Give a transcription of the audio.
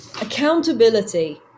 accountability